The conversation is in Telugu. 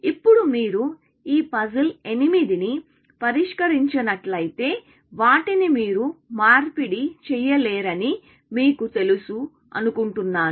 ఇప్పుడు మీరు ఈ పజిల్ 8 ని పరిష్కరించినట్లయితే వాటిని మీరు మార్పిడి చేయలేరని మీకు తెలుసు అనుకుంటున్నాను